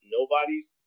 Nobody's